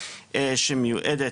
שמיועדת,